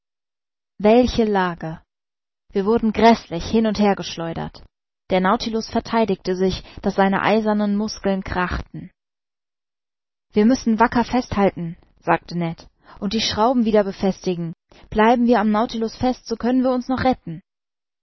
welche lage wir wurden gräßlich hin und her geschleudert der nautilus vertheidigte sich daß seine eisernen muskeln krachten wir müssen wacker fest halten sagte ned und die schrauben wieder befestigen bleiben wir am nautilus fest so können wir uns noch retten